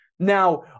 Now